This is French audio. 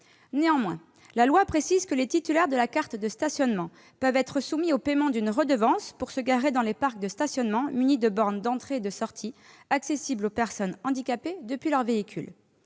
Néanmoins, la loi précise que les titulaires de la carte de stationnement peuvent être soumis au paiement d'une redevance pour se garer dans les parcs de stationnement munis de bornes d'entrée et de sortie accessibles aux personnes handicapées depuis leur véhicule.